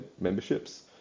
memberships